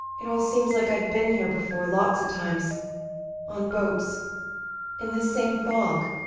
it all seems like i'd been here before lots of times on boats in this same fog.